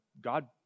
God